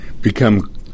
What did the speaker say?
become